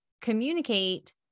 communicate